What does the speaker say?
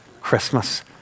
Christmas